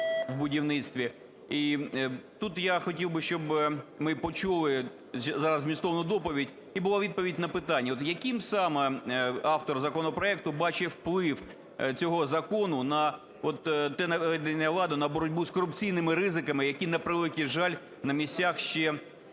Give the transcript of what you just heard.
в будівництві. І тут я хотів би, щоб ми почули зараз змістовну доповідь, і була відповідь на питання, от яким саме автор законопроекту бачить вплив цього закону на те наведення ладу, на боротьбу с корупційними ризиками, які… На превеликий жаль, на місцях ще